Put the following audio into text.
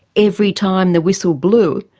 every time the whistle blew,